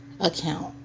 account